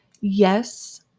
Yes